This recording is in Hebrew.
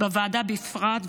בוועדה בפרט,